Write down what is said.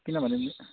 किनभने नि